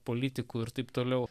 politikų ir taip toliau